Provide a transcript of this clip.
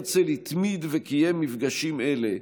הרצל התמיד וקיים מפגשים אלה,